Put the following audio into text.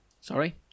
Sorry